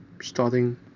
Starting